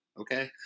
okay